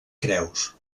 creus